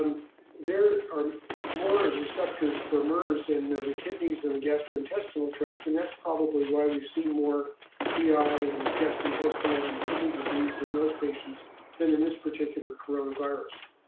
um there are more receptors for mers in the kidneys and the gastrointestinal tract, and that's probably why we see more gi, and gastrointestinal and kidney disease in those patients than in this particular coronavirus.